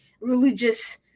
religious